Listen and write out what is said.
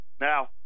Now